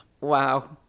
Wow